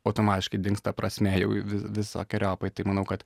automatiškai dings ta prasme jau vi visokeriopai tai manau kad